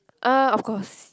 erm of course